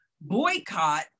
boycott